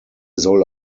soll